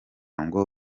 ngo